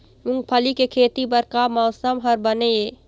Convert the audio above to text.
मूंगफली के खेती बर का मौसम हर बने ये?